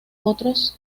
otros